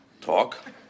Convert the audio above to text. talk